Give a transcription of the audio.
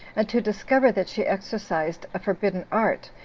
and to discover that she exercised a forbidden art,